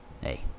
Hey